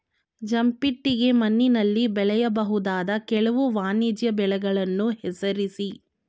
ಜಂಬಿಟ್ಟಿಗೆ ಮಣ್ಣಿನಲ್ಲಿ ಬೆಳೆಯಬಹುದಾದ ಕೆಲವು ವಾಣಿಜ್ಯ ಬೆಳೆಗಳನ್ನು ಹೆಸರಿಸಿ?